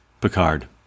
Picard